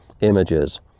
images